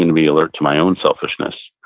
and be alert to my own selfishness.